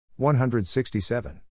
167